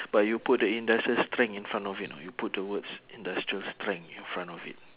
but you put the industrial strength in front of it you know you put the words industrial strength in front of it